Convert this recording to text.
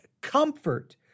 comfort